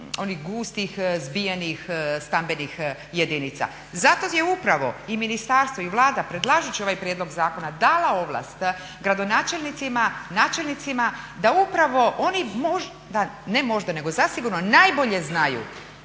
onih gustih, zbijenih stambenih jedinica. Zato je upravo i ministarstvo i Vlada predlažući ovaj prijedlog zakona dala ovlast gradonačelnicima, načelnicima da upravo oni možda, ne možda nego zasigurno najbolje znaju